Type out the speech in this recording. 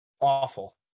Awful